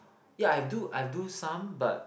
ya I have do I have do some but